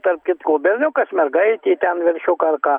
tarp kitko berniukas mergaitė ten veršiuką ar ką